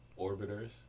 orbiters